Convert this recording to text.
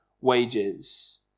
wages